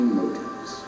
motives